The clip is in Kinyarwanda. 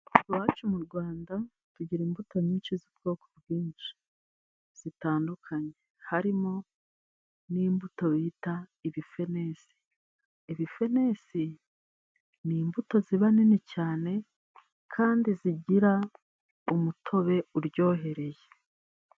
Iwacu mu Rwanda tugira imbuto nyinshi z'ubwoko bwinshi zitandukanye harimo n'imbuto bita ibifnese . Ibifenesi n'imbuto ziba nini cyane kandi zigira umutobe uryohereye.